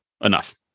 enough